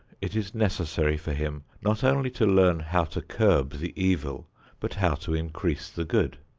it is necessary for him not only to learn how to curb the evil but how to increase the good.